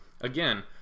again